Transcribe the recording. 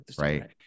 right